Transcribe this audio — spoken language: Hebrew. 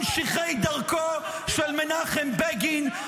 אתם לא ממשיכי דרכו של מנחם בגין,